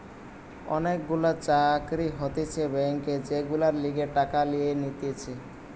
অনেক গুলা চাকরি হতিছে ব্যাংকে যেগুলার লিগে টাকা নিয়ে নিতেছে